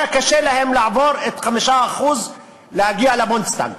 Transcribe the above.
קשה להם לעבור את ה-5% ולהגיע לבונדסטאג,